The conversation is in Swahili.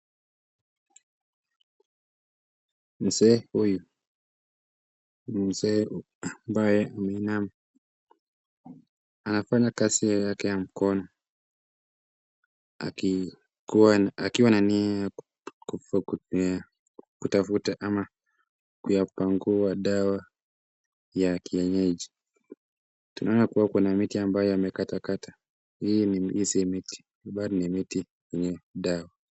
Mzee huyu, ni mzee ambaye anafanya kazi yake ya mkono, akiwa na nia ya kutafuta ama kuyapangua dawa ya kienyeji, tunaona kuna miti ambayo amekatakata, hizi miti zenye dawa.